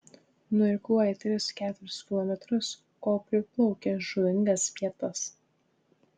nuirkluoja tris keturis kilometrus kol priplaukia žuvingas vietas